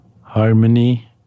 harmony